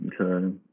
Okay